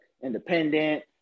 Independent